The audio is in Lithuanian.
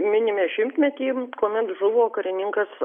minime šimtmetį kuomet žuvo karininkas